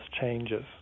changes